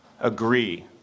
agree